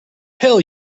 hell